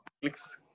Clicks